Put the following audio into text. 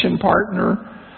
partner